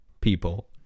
people